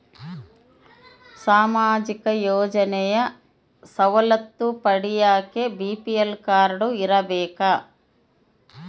ಸಾಮಾಜಿಕ ಯೋಜನೆ ಸವಲತ್ತು ಪಡಿಯಾಕ ಬಿ.ಪಿ.ಎಲ್ ಕಾಡ್೯ ಇರಬೇಕಾ?